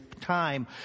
time